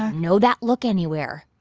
i know that look anywhere.